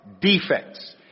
defects